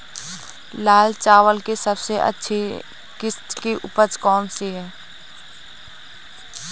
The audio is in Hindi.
लाल चावल की सबसे अच्छी किश्त की उपज कौन सी है?